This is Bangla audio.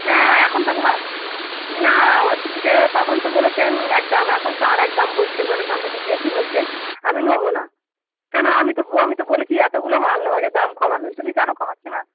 না এখন তো ভা না হচ্ছে যে কে তখন তো বলেছেন এক দাম এখন তো আরেক দাম বলছেন মানে দামটা একটু বেশি বলছেন আমি নেবো না কেন আমি তো ব আমি তো বলেছি এতগুলো মাল নেবো যে দাম কমাতে তুমি কেন কমাচ্ছো না